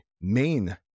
main